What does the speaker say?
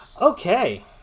okay